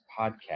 podcast